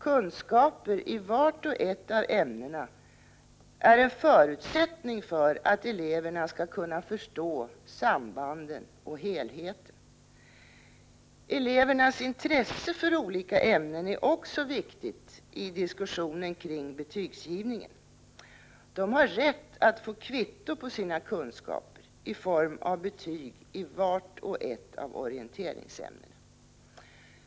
Kunskaper i vart och ett av ämnena är en förutsättning för att eleverna skall kunna förstå sambanden och helheten. Elevernas intresse för olika ämnen är också viktigt i diskussionen kring betygsgivningen. De har rätt att få kvitto på sina kunskaper i form av betyg i vart och ett av orienteringsämnena.